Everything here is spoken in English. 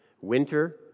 Winter